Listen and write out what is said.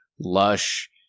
lush